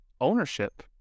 ownership